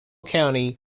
county